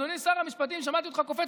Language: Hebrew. אדוני שר המשפטים, שמעתי אותך קופץ.